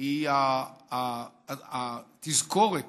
היא התזכורת